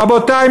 רבותי,